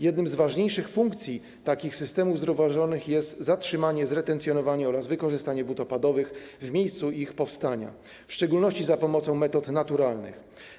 Jedną z ważniejszych funkcji takich systemów zrównoważonych jest zatrzymanie, zretencjonowanie oraz wykorzystanie wód opadowych w miejscu ich powstania, w szczególności za pomocą metod naturalnych.